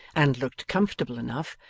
and looked comfortable enough,